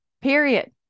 period